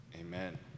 Amen